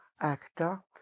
actor